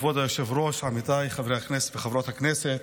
כבוד היושב-ראש, עמיתיי חברי הכנסת וחברות הכנסת,